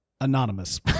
Anonymous